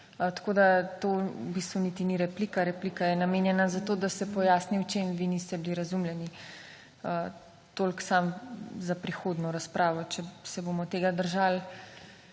tako da to v bistvu niti ni replika. Replika je namenjena za to, da se pojasni o čem vi niste bili razumljeni. Toliko samo za prihodno razpravo. Če se bomo tega držali,